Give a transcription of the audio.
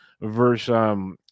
versus